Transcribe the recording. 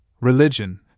Religion